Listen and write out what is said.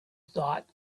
thought